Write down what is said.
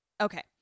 okay